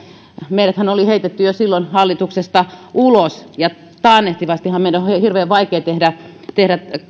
meidäthän oli heitetty jo silloin hallituksesta ulos ja taannehtivastihan kahden vuoden taakse meidän on hirveän vaikea tehdä tehdä